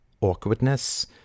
awkwardness